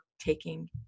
taking